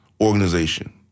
organization